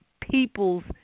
people's